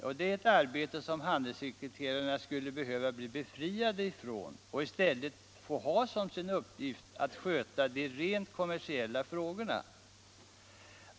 Det är ett arbete som handelssekreterarna skulle behöva bli befriade från för att i stället ha som sin uppgift att sköta de rent kommersiella frågorna.